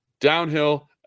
downhill